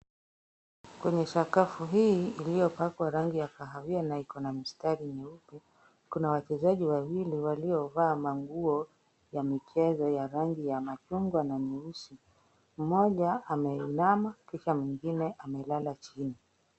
Kwenye sakafu hii iliyopakwa rangi ya kahawia na iko na mistari nyeupe, kuna wachezaji wawili waliovaa manguo ya michezo ya rangi ya machungwa na nyeusi. Mmoja ameinama kisha mwingine amelala chini.